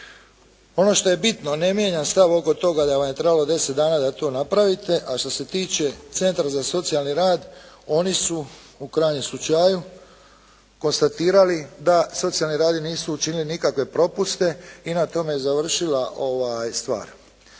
Ono što je bitno ne mijenja stav oko toga da vam je trebalo deset dana da to napravite. A što se tiče centra za socijalni rad oni su u krajnjem slučaju konstatirali da socijalni radnici nisu učinili nikakve propuste i na tome je završila ova stvar.